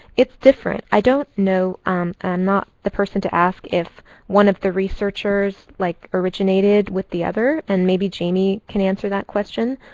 it's different. i don't know and i'm and not the person to ask, if one of the researchers like originated with the other. and maybe jamie can answer that question.